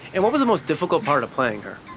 and what was the most difficult part of playing her?